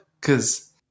Cause